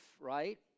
right